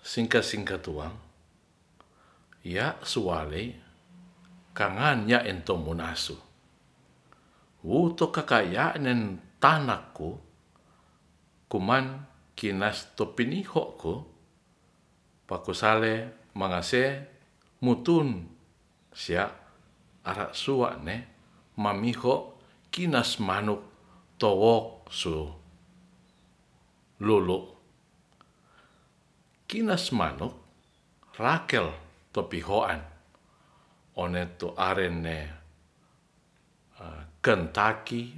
Singka-singka tuangya suale kangan ya ento monasu wuto kaka ya'nen tanakko koman kinas to piniho ko pakosalen mangase mutun sea ara sua'ne mamihi kinas manuk towo su lolo kinas manuk rakel to pihoan one to arenne kentaki